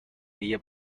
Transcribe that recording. guia